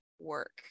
work